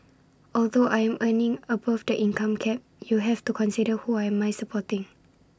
although I am earning above the income cap you have to consider who I am supporting